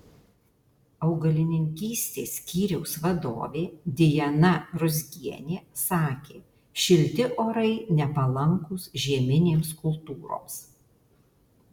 augalininkystės skyriaus vadovė dijana ruzgienė sakė šilti orai nepalankūs žieminėms kultūroms